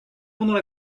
pendant